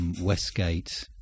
Westgate